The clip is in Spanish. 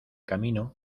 camino